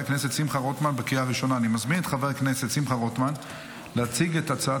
אושרה בקריאה הראשונה ותחזור לדיון בוועדת הכלכלה לצורך